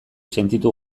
sentitu